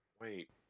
wait